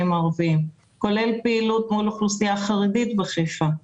ערביים כולל פעילות מול אוכלוסייה חרדית בחיפה,